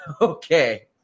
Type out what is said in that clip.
Okay